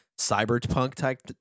cyberpunk-type